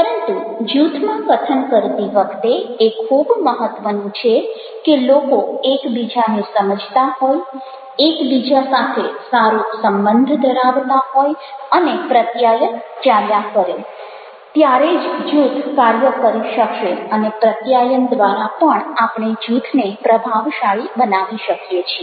પરંતુ જૂથમાં કથન કરતી વખતે એ ખૂબ મહત્ત્વનું છે કે લોકો એકબીજાને સમજતા હોય એકબીજા સાથે સારો સંબંધ ધરાવતા હોય અને પ્રત્યાયન ચાલ્યા કરે ત્યારે જ જૂથ કાર્ય કરી શકશે અને પ્રત્યાયન દ્વારા પણ આપણે જૂથને પ્રભાવશાળી બનાવી શકીએ છીએ